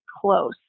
close